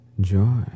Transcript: joy